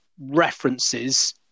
references